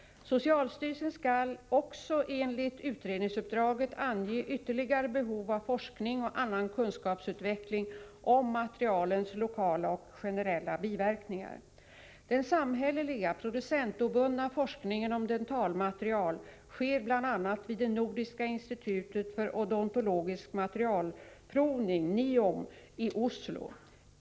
Socialstyrelsen skall också enligt utredningsuppdraget ange ytterligare behov av forskning och annan kunskapsutveckling om materialens lokala och generella biverkningar. Den samhälleliga, producentobundna forskningen om dentalmaterial sker bl.a. vid Nordiska institutet för odontologisk materialprovning i Oslo.